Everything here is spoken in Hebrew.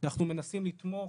אנחנו מנסים לתמוך